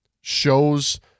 shows